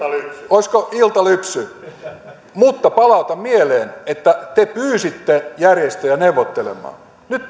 olisiko iltalypsy mutta palautan mieleen että te pyysitte järjestöjä neuvottelemaan nyt